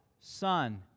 Son